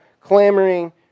clamoring